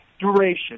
duration